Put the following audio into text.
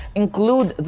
include